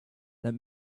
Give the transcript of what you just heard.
let